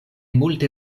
multe